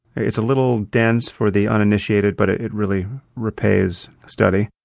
it's a little dense for the uninitiated, but it really repays study.